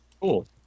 Cool